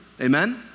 Amen